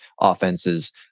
offenses